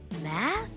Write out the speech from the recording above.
math